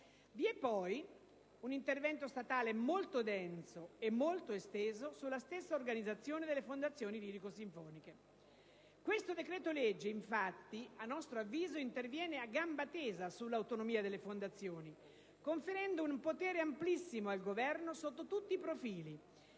Vi è poi un intervento statale molto denso e molto esteso sulla stessa organizzazione delle fondazioni lirico-sirifoniche. Questo decreto-legge, infatti, a nostro avviso interviene a gamba tesa sull'autonomia delle fondazioni, conferendo un potere amplissimo al Governo sotto tutti i profili,